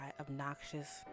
obnoxious